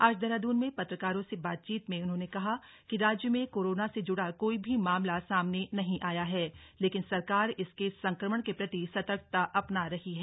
आज देहरादून में पत्रकारों से बातचीत में उन्होंने कहा कि राज्य में कोरोना से जुड़ा कोई भी मामला सामने नही आया है लेकिन सरकार इसके संक्रमण के प्रति सतर्कता अपना रही है